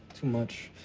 too much.